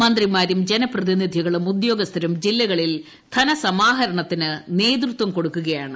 മന്ത്രിമാരും ജനപ്രതിനിധികളും ഉദ്യോഗസ്ഥരും ജില്ലകളിൽ ധനസമാഹരണത്തിന് നേതൃത്വം കൊടുക്കുകയാണ്